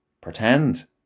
pretend